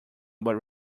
about